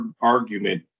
argument